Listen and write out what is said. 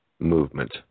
movement